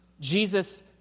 Jesus